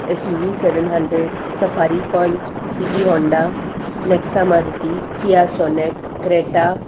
S U V seven hundred Safari Punch City Honda Nexa Maruti Kia Sonet Creta